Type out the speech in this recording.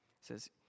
says